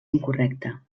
incorrecta